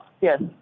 yes